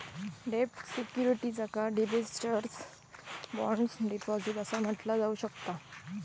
डेब्ट सिक्युरिटीजका debentures, bonds, deposits असा म्हटला जाऊ शकता